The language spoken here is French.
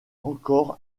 encore